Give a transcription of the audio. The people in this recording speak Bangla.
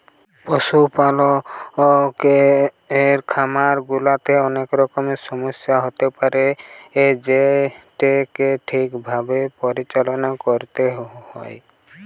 পশুপালকের খামার গুলাতে অনেক রকমের সমস্যা হতে পারে যেটোকে ঠিক ভাবে পরিচালনা করতে হয়